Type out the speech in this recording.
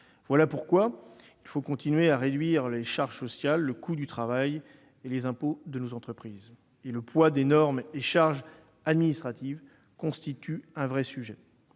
Voilà pourquoi il faut continuer à réduire les charges sociales, le coût du travail et les impôts de nos entreprises. Le poids des normes et charges administratives constitue un vrai sujet.